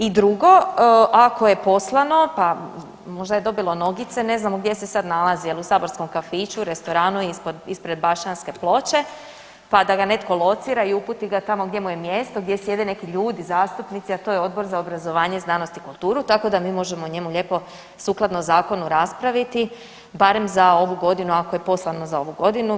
I drugo ako je poslano pa možda je dobilo nogice, ne znamo gdje se sad nalazi jel u saborskom kafiću, restoranu ispred Bašćanske ploče, pa da ga netko locira i uputi ga tamo gdje mu je mjesto, gdje sjede neki ljudi, zastupnici, a to je Odbor za obrazovanje, znanost i kulturu, tako da mi možemo o njemu lijepo sukladno zakonu raspraviti barem za ovu godinu ako je poslano za ovu godinu.